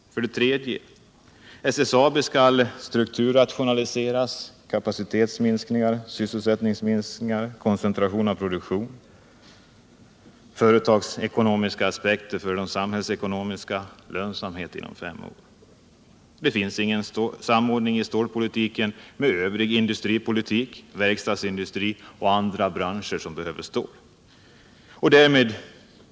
För det tredje skall SSAB strukturrationaliseras. Det blir kapacitetsminskningar, sysselsättningsminskningar, koncentration av produktionen, företagsekonomiska aspekter går före de samhällsekonomiska, man skall uppnå lönsamhet inom fem år. Det finns ingen samordning mellan stålpolitiken och övrig industripolitik, verkstadsindustri och andra branscher som behöver stål.